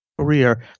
career